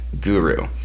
guru